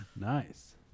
Nice